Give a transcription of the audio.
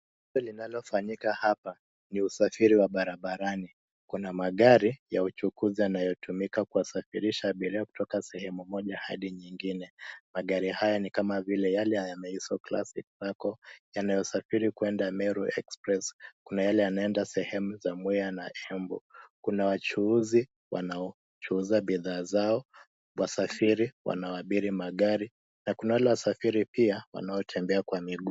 Tendo linalofanyika hapa ni usafiri wa barabarani. Kuna magari ya uchukuzi yanayotumika kuwasafirisha abiria kutika sehemu moja hadi nyingine. Magari haya ni kama yale ya Meso Classic Sacco yanayosafiri kwenda Meru Express . Kuna yale yanaenda sehemu za Mwea na Asembo. Kuna wachuuzi wanaochuuza bidhaa zao, wasafiri wanaoabiri magari. Na kuna wale wasafiri pia wanaotembea kwa miguu.